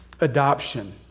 Adoption